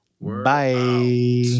Bye